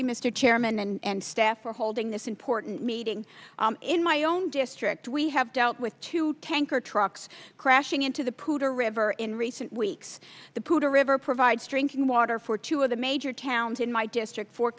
you mr chairman and staff for holding this important meeting in my own district we have dealt with two tanker trucks crashing into the pooter river in recent weeks the pewter river provides drinking water for two of the major towns in my district fort